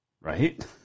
Right